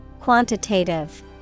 Quantitative